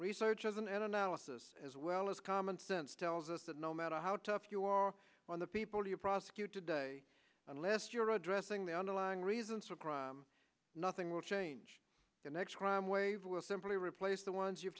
research isn't an analysis as well as common sense tells us that no matter how tough you are on the people you prosecute today unless you're addressing the underlying reasons for crime nothing will change the next crime wave will simply replace the ones you've